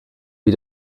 wie